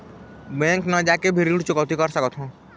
Bank न जाके भी ऋण चुकैती कर सकथों?